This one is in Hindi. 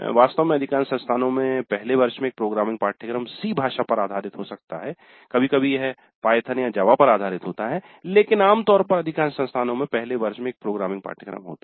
वास्तव में अधिकांश संस्थानों में पहले वर्ष में एक प्रोग्रामिंग पाठ्यक्रम 'C' भाषा पर आधारित हो सकता है कभी कभी यह पायथन या जावा पर आधारित होता है लेकिन आमतौर पर अधिकांश संस्थानों में पहले वर्ष में एक प्रोग्रामिंग पाठ्यक्रम होता है